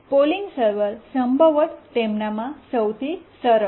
polling server સંભવત તેમનામાં સૌથી સરળ છે